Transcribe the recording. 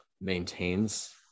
maintains